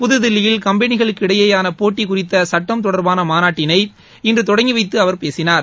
புதுதில்லியில் கம்பெனிகளுக்கிடையேயானபோட்டிகுறித்தசட்டம் தொடர்பானமாநாட்டினை இன்றுதொடங்கிவைத்துஅவர் பேசினார்